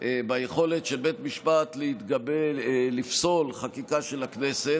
ביכולת של בית משפט לפסול חקיקה של הכנסת